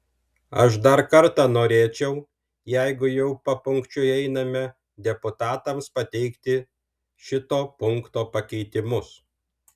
aš dar kartą norėčiau jeigu jau papunkčiui einame deputatams pateikti šito punkto pakeitimus